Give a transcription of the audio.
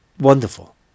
wonderful